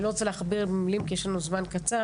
אני לא רוצה להכביד במילים כי יש לנו זמן קצר,